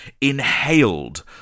inhaled